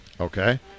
Okay